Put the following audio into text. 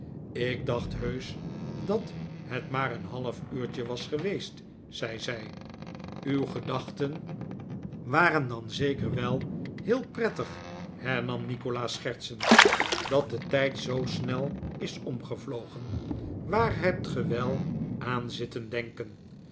ik dacht heusch dat het maar een half uurtje was geweest zei zij uw gedachten waren dan zeker wel heel prettig hernam nikolaas schertsend dat de tijd zoo snel is omgevlogen waar hebt ge wel aan zitten denken